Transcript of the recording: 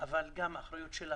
אבל גם האחריות היא של ההורים,